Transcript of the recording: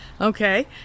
Okay